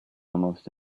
almost